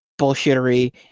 bullshittery